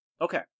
Okay